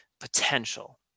potential